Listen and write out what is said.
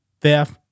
theft